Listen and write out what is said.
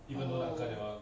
oh